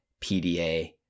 PDA